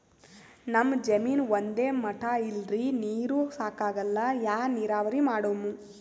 ನಮ್ ಜಮೀನ ಒಂದೇ ಮಟಾ ಇಲ್ರಿ, ನೀರೂ ಸಾಕಾಗಲ್ಲ, ಯಾ ನೀರಾವರಿ ಮಾಡಮು?